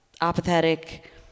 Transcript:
apathetic